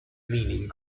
meaning